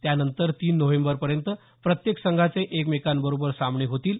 त्यानंतर तीन नोव्हेंबपर्यंत प्रत्येक संघाचे एकमेकांबरोबर सामने होतील